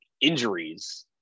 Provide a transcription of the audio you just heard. injuries